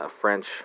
French